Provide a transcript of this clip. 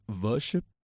worship